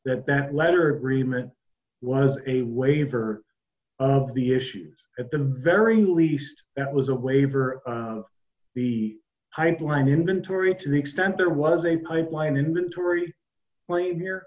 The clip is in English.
that that letter really meant was a waiver of the issues at the very least that was a waiver of the high flying inventory to the extent there was a pipeline inventory claim here